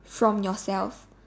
from yourself